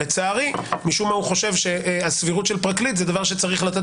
לצערי משום מה חושב שהסבירות של פרקליט זה דבר שצריך לתת